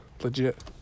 Legit